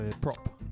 Prop